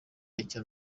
icya